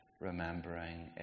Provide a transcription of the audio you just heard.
Remembering